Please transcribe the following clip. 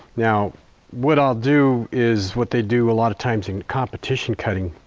now what i'll do is what they do lot of times in competition cutting.